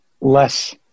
less